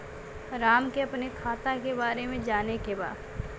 राम के अपने खाता के बारे मे जाने के बा?